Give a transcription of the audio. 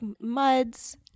muds